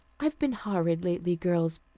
i've been horrid lately, girls,